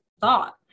thought